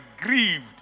grieved